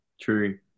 True